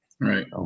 Right